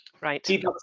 Right